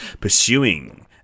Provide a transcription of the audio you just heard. pursuing